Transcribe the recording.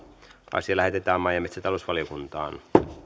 asia lähetetään maa ja metsätalousvaliokuntaan